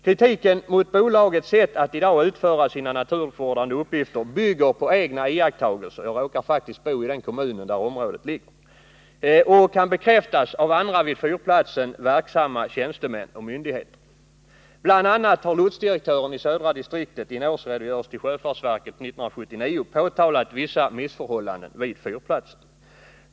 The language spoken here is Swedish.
Kritiken mot bolagets sätt att i dag utföra sina naturvårdande uppgifter bygger på egna iakttagelser — jag råkar faktiskt bo i den kommun där området ligger — och kan bekräftas av andra vid fyrplatsen verksamma tjänstemän och myndigheter. Bl. a. har lotsdirektören i södra distriktet i en årsredogörelse till sjöfartsverket för 1979 påtalat vissa missförhållanden vid fyrplatsen.